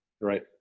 Right